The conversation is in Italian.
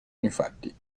infatti